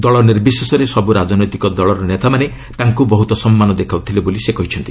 ଦଳ ନିର୍ବିଶେଷରେ ସବୁ ରାଜନୈତିକ ଦଳର ନେତାମାନେ ତାଙ୍କୁ ବହୁତ ସମ୍ମାନ ଦେଖାଉଥିଲେ ବୋଲି ସେ କହିଛନ୍ତି